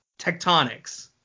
tectonics